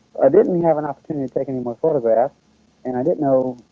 i didn't have an opportunity to take any more photographs and i didn't know.